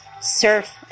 Surf